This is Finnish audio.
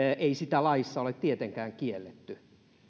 ei sitä laissa ole tietenkään kielletty